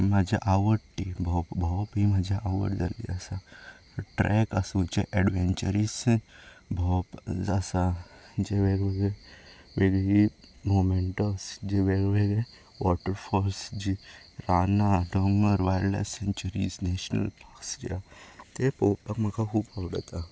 म्हजी आवड ती भोंवप भोंवप ही म्हजी आवड जाल्ली आसा ट्रेक आसूं जें एडवेंचरीस भोंवप आसा जे वेगवेगळे वेगळी मोमेंट्स जे वेगवेगळे वोटरफोल्स रानां डोंगर wildlife sanctuaries national parks जे आसा ते पळोवपाक म्हाका खूब आवडता